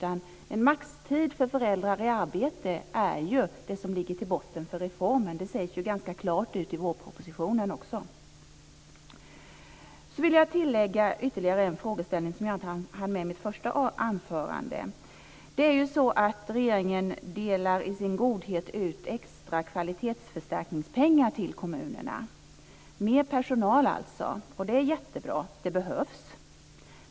En maximal tid för föräldrar i arbete är ju vad som ligger till grund för reformen. Det sägs ganska klart ut i vårpropositionen. Jag vill lägga till en fråga som jag inte hann med i mitt första anförande. Regeringen delar ju i sin godhet ut extra kvalitetsförstärkningspengar till kommunerna, mer personal, alltså. Det är jättebra, för det behövs.